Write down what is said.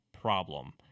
problem